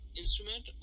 instrument